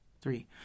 three